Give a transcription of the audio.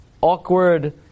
Awkward